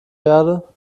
werde